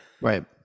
Right